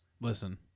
Listen